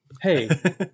Hey